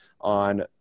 on –